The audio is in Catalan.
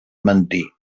mentir